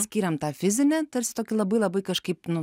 skiriam tą fizinį tarsi tokį labai labai kažkaip nu